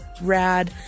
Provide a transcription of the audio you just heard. rad